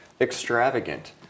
extravagant